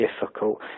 difficult